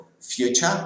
future